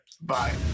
Bye